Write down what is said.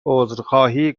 عذرخواهی